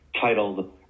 titled